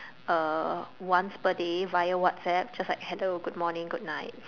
uh once per day via WhatsApp just like hello good morning good night